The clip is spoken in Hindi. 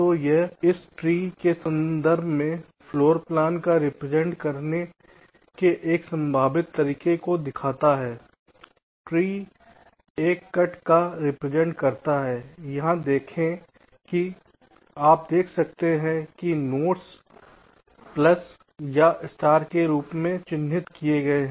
तो य इस ट्री के संदर्भ में फ़्लोरप्लान का रिप्रेजेंट करने के एक संभावित तरीके को दिखाते हैं ट्री एक कट का रिप्रेजेंट करता है यहां देखें कि आप देख सकते हैं कि नोड्स प्लस या स्टार के रूप में चिह्नित हैं